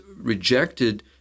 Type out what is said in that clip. rejected